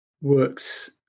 works